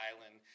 island